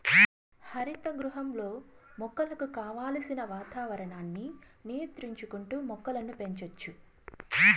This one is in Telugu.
హరిత గృహంలో మొక్కలకు కావలసిన వాతావరణాన్ని నియంత్రించుకుంటా మొక్కలను పెంచచ్చు